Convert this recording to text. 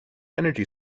energy